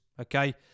Okay